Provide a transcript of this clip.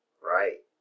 Right